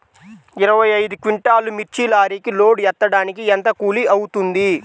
ఇరవై ఐదు క్వింటాల్లు మిర్చి లారీకి లోడ్ ఎత్తడానికి ఎంత కూలి అవుతుంది?